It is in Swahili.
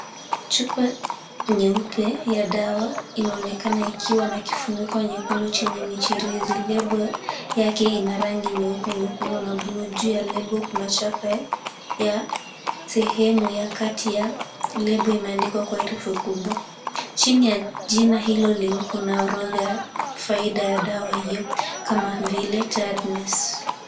Chupa nyeupe ya dawa, inaonekana ikiwa na kifuniko nyekundu chenye michirizi. Lebo yake ina rangi nyeupe nyekundu na buluu. Juu ya lebo, kuna chape ya sehemu ya kati ya lebo imeandikwa kwa herufi kubwa. Chini ya jina hilo kuna orodha ya faida ya dawa hiyo kama vile, tiredness